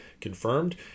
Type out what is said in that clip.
confirmed